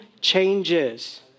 changes